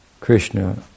Krishna